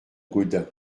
gaudin